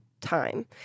time